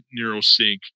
Neurosync